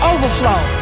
Overflow